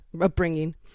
upbringing